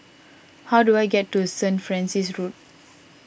how do I get to Saint Francis Road